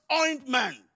ointment